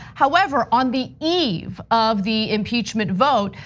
however, on the eve of the impeachment vote,